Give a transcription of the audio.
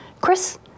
Chris